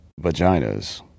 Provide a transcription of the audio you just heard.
vaginas